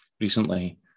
recently